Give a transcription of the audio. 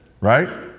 Right